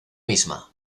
misma